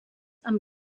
amb